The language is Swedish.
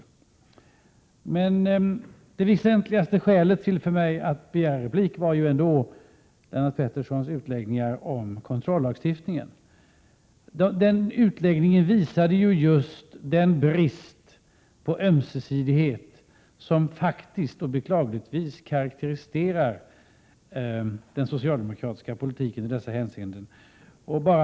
4 maj 1988 Det väsentligaste skälet för mig att begära replik var emellertid Lennart Petterssons utläggning om kontrollagstiftningen. Den utläggningen visade just den brist på ömsesidighet som faktiskt och beklagligtvis karakteriserar den socialdemokratiska politiken i dessa hänseenden.